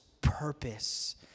purpose